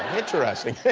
interesting.